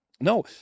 no